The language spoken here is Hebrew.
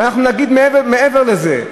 ואנחנו נגיד מעבר לזה,